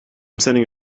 sending